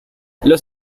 los